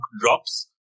drops